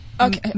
okay